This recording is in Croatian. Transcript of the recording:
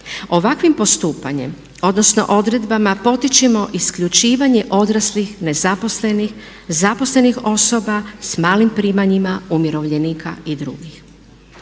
Ovakvim postupanjem, odnosno odredbama potičemo isključivanje odraslih, nezaposlenih, zaposlenih osoba sa malim primanjima umirovljenika i drugih.